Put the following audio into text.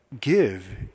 give